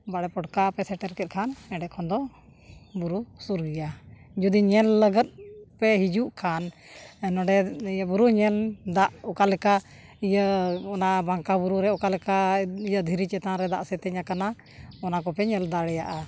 ᱵᱟᱲᱮ ᱯᱚᱴᱠᱟ ᱯᱮ ᱥᱮᱴᱮᱨ ᱠᱮᱫ ᱠᱷᱟᱱ ᱚᱸᱰᱮᱠᱷᱚᱱ ᱫᱚ ᱵᱩᱨᱩ ᱥᱩᱨ ᱜᱮᱭᱟ ᱡᱩᱫᱤ ᱧᱮᱞ ᱞᱟᱹᱜᱤᱫ ᱯᱮ ᱦᱤᱡᱩᱜ ᱠᱷᱟᱱ ᱱᱚᱸᱰᱮ ᱤᱭᱟᱹ ᱵᱩᱨᱩ ᱧᱮᱞ ᱫᱟᱜ ᱚᱠᱟᱞᱮᱠᱟ ᱤᱭᱟᱹ ᱚᱱᱟ ᱵᱟᱝᱠᱟ ᱵᱩᱨᱩ ᱨᱮ ᱚᱠᱟ ᱞᱮᱠᱟ ᱤᱭᱟᱹ ᱫᱷᱤᱨᱤ ᱪᱮᱛᱟᱱ ᱨᱮ ᱫᱟᱜ ᱥᱮᱛᱮᱧ ᱟᱠᱟᱱᱟ ᱚᱱᱟ ᱠᱚᱯᱮ ᱧᱮᱞ ᱫᱟᱲᱮᱭᱟᱜᱼᱟ